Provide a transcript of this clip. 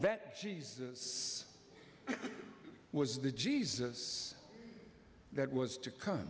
that jesus was the jesus that was to co